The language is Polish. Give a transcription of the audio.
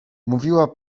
mówiła